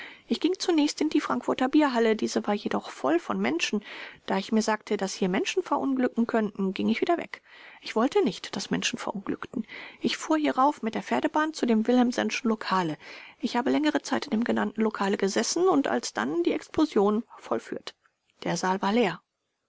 ich ging zunächst in die frankfurter bierhalle diese war jedoch voll von menschen da ich mir sagte daß hier menschen verunglücken könnten ging ich wieder weg ich wollte nicht daß menschen verunglückten ich fuhr hierauf mit der pferdebahn zu dem willemsenschen lokale ich habe längere zeit in dem genannten lokale gesessen und alsdann die explosion plosion vollführt der saal war leer